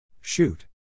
Shoot